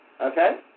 okay